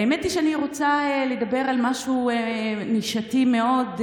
האמת היא שאני רוצה לדבר על משהו נישתי מאוד,